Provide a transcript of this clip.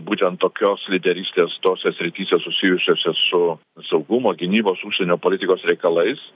būtent tokios lyderystės tose srityse susijusiose su saugumo gynybos užsienio politikos reikalais